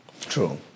True